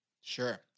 Sure